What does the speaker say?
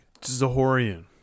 Zahorian